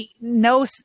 no